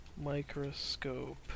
microscope